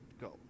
go